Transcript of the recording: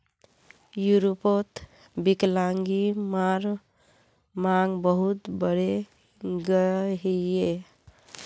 यूरोपोत विक्लान्ग्बीमार मांग बहुत बढ़े गहिये